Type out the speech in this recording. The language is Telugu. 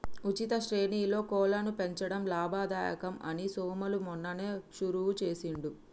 ఉచిత శ్రేణిలో కోళ్లను పెంచడం లాభదాయకం అని సోములు మొన్ననే షురువు చేసిండు